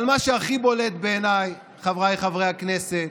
אבל מה שהכי בולט בעיניי, חבריי חברי הכנסת,